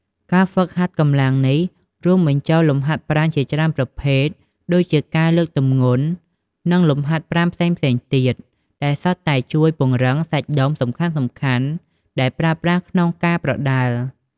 ការហ្វឹកហាត់កម្លាំងនេះរួមបញ្ចូលលំហាត់ប្រាណជាច្រើនប្រភេទ ដូចជាការលើកទម្ងន់ និងលំហាត់ប្រាណផ្សេងៗទៀត ដែលសុទ្ធតែជួយពង្រឹងសាច់ដុំសំខាន់ៗដែលប្រើប្រាស់ក្នុងការប្រដាល់។